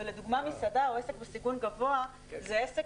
ולדוגמה מסעדה או עסק בסיכון גבוה זה עסק